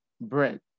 bread